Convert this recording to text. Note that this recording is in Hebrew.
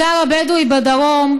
הבדואי בדרום,